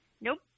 Nope